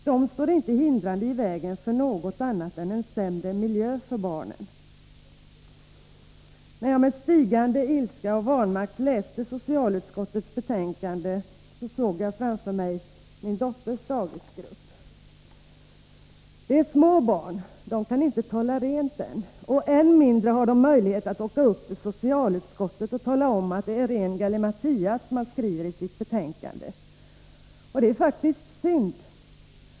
De står inte hindrande i vägen för något, och att ta bort dem skapar bara en sämre miljö för barnen. När jag med stigande ilska och vanmakt läste socialutskottets betänkande, såg jag framför mig min dotters daghemsgrupp. Det är små barn. De kan inte tala rent ännu. Än mindre har de möjlighet att åka upp till socialutskottet och tala om att vad som skrivs i betänkandet är ren gallimatias. Det är faktiskt synd.